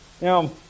Now